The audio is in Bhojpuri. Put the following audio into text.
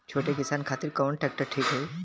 छोट किसान खातिर कवन ट्रेक्टर ठीक होई?